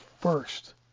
first